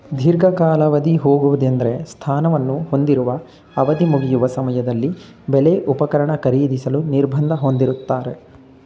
ದೀರ್ಘಾವಧಿಗೆ ಹೋಗುವುದೆಂದ್ರೆ ಸ್ಥಾನವನ್ನು ಹೊಂದಿರುವ ಅವಧಿಮುಗಿಯುವ ಸಮಯದಲ್ಲಿ ಬೆಲೆ ಉಪಕರಣ ಖರೀದಿಸಲು ನಿರ್ಬಂಧ ಹೊಂದಿರುತ್ತಾರೆ